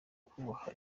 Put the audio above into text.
kubaha